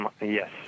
yes